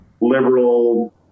liberal